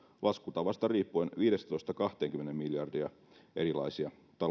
laskutavasta riippuen viidestätoista kahteenkymmeneen miljardia erilaisia taloudellisia etuja ja rahoitusta arvoisa